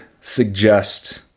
suggest